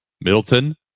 Middleton